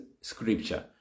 scripture